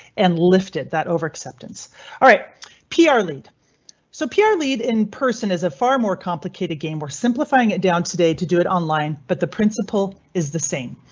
and lifted that over acceptance alright pr lead so pr lead in person is a far more complicated game. we're simplifying it down today to do it online, but the principle is the same.